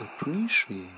appreciate